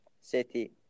city